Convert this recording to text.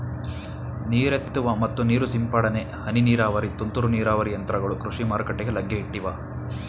ನೀರೆತ್ತುವ ಮತ್ತು ನೀರು ಸಿಂಪಡನೆ, ಹನಿ ನೀರಾವರಿ, ತುಂತುರು ನೀರಾವರಿ ಯಂತ್ರಗಳು ಕೃಷಿ ಮಾರುಕಟ್ಟೆಗೆ ಲಗ್ಗೆ ಇಟ್ಟಿವೆ